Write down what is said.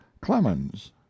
Clemens